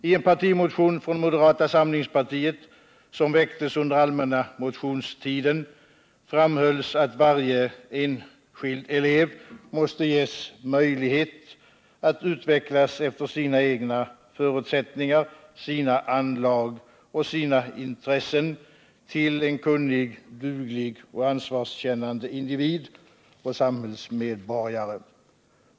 I en partimotion från moderata samlingspartiet som väcktes under allmänna motionstiden framhölls att varje enskild elev måste ges möjlighet att utvecklas efter sina egna förutsättningar, sina anlag och sina intressen till en kunnig, duglig och ansvarskännande individ och samhällsmedborgare.